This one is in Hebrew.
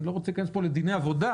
אני לא רוצה להיכנס כאן לדיני עבודה.